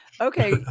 Okay